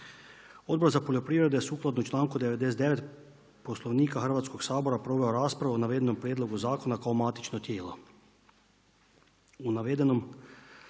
Odbor za poljoprivredu je sukladno članku 99. Poslovnika Hrvatskoga sabora proveo raspravu o navedenom prijedlogu zakona kao matično radno